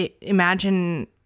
Imagine